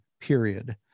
period